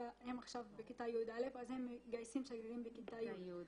הם עכשיו בכיתה י"א אז הם מגייסים שגרירים בכיתה י'.